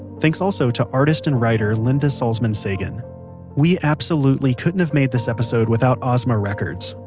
thanks also to artist and writer linda salzman sagan we absolutely couldn't have made this episode without ozma records.